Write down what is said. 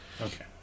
Okay